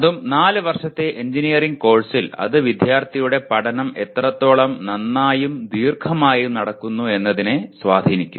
അതും നാല് വർഷത്തെ എഞ്ചിനീയറിംഗ് കോഴ്സിൽ അത് വിദ്യാർത്ഥിയുടെ പഠനം എത്രത്തോളം നന്നായും ദീർഘമായും നടക്കുന്നു എന്നതിനെ സ്വാധീനിക്കും